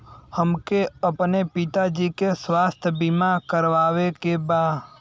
हमके अपने पिता जी के स्वास्थ्य बीमा करवावे के बा?